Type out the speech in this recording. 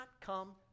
come